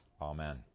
Amen